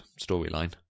storyline